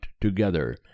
TOGETHER